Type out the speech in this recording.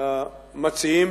מציעים